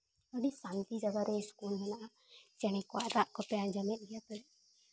ᱟᱹᱰᱤ ᱥᱟᱱᱛᱤ ᱡᱟᱭᱜᱟ ᱨᱮ ᱥᱠᱩᱞ ᱢᱮᱱᱟᱜᱼᱟ ᱪᱮᱬᱮ ᱠᱚᱣᱟᱜ ᱨᱟᱜ ᱠᱚᱯᱮ ᱟᱸᱡᱚᱢᱮᱫ ᱜᱮᱭᱟ